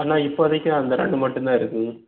அண்ணா இப்போதைக்கு அந்த ரெண்டு மட்டும்தான் இருக்குங்க